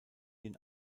den